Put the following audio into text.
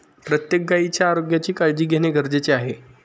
प्रत्येक गायीच्या आरोग्याची काळजी घेणे गरजेचे आहे